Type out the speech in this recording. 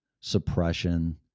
suppression